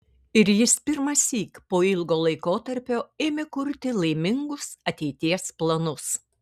ir jis pirmąsyk po ilgo laikotarpio ėmė kurti laimingus ateities planus